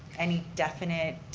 any definite